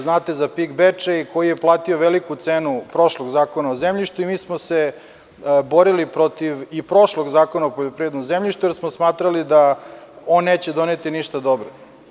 Znate za PIK Bečej, koji je platio veliku cenu prošlog Zakona o zemljištu, i mi smo se borili i protiv prošlog Zakona o poljoprivrednom zemljištu, jer smo smatrali da on neće doneti ništa dobro.